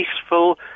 peaceful